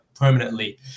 permanently